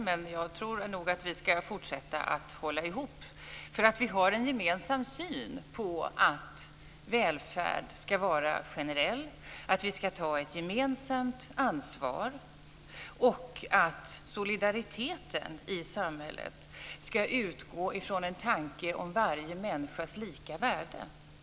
Men jag tror nog att vi ska fortsätta att hålla ihop, för vi har en gemensam syn på att välfärd ska vara generell, att vi ska ta ett gemensamt ansvar och att solidariteten i samhället ska utgå från en tanke om varje människas lika värde.